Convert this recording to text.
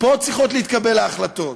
ופה צריכות להתקבל ההחלטות.